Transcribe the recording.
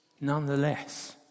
nonetheless